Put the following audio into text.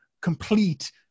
complete